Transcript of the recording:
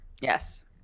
Yes